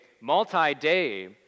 multi-day